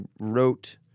wrote –